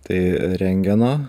tai rentgeno